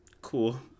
Cool